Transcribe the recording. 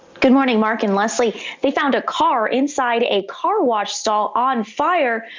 good morning mark and leslie they found a car inside a car wash stall on fire.